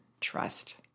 trust